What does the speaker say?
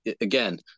Again